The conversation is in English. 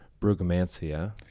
Brugmansia